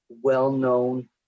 well-known